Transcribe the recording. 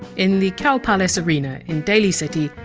in the cow palace arena in daly city,